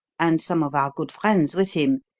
and some of our good friends with him.